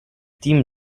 team